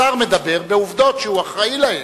השר מדבר על עובדות שהוא אחראי להן.